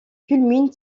culmine